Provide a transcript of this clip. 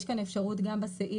יש כאן אפשרות גם בסעיף,